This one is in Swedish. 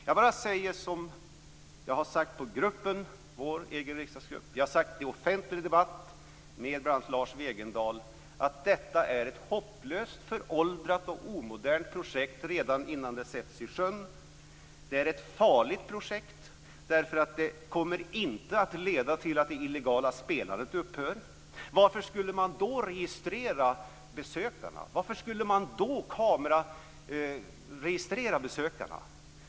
Jag säger vad jag har sagt på vår riksdagsgrupps möten, i offentlig debatt med bl.a. Lars Wegendal, nämligen att detta är ett hopplöst föråldrat och omodernt projekt redan innan det sätts i sjön. Det är ett farligt projekt. Det kommer inte att leda till att det illegala spelandet upphör. Varför skulle man då registrera besökarna med hjälp av kamera?